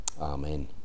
Amen